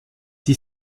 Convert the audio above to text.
die